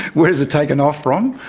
where has it taken off from?